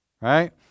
right